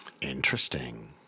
Interesting